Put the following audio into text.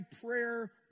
prayer